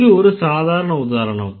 இது ஒரு சாதாரண உதாரணம்